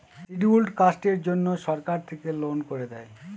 scheduled কাস্টের জন্য সরকার থেকে লোন করে দেয়